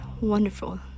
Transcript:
wonderful